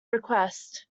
request